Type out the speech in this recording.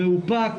מאופק,